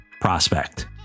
Prospect